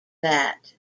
that